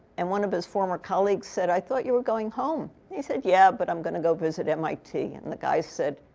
and one of his former colleagues said, i thought you were going home? and he said, yeah, but i'm going to go visit mit. and the guy said,